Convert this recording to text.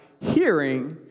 hearing